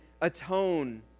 atone